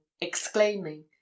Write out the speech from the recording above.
exclaiming